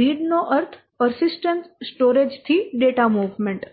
read નો અર્થ persistent storage થી ડેટા મુવમેન્ટ